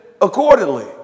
accordingly